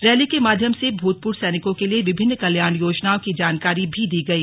rally के माध्यम से भूतपूर्व सैनिकों के लिए विभिन्न कल्याण योजनाओं की जानकारी भी दी गई